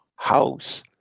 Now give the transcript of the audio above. house